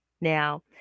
now